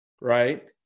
right